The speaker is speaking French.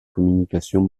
communications